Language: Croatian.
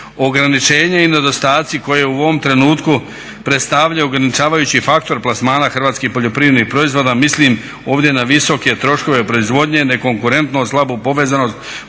Ograničenje i nedostatci koje u ovom trenutku predstavljaju ograničavajući faktor plasmana hrvatskih poljoprivrednih proizvoda mislim ovdje na visoke troškove proizvodnje, nekonkurentnost, slabu povezanost